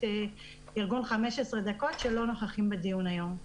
ארגון 15 דקות שלא נוכחים בדיון היום.